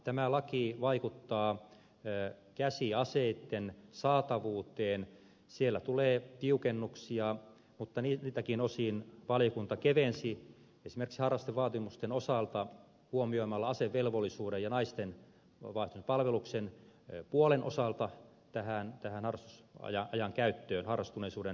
tämä laki vaikuttaa käsiaseitten saatavuuteen siellä tulee tiukennuksia mutta esimerkiksi harrastevaatimusten osalta valiokunta kevensi vaatimuksia huomioimalla asevelvollisuuden ja naisten vapaaehtoisen palveluksen osalta puolet tähän harrastuneisuuden jaksoon